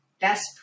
best